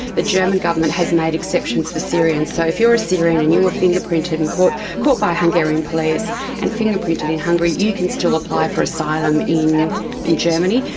the german government has made exceptions for syrians. so if you are a syrian and you were fingerprinted and caught caught by hungarian police and fingerprinted in hungary, you can still apply for asylum in in germany.